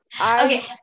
Okay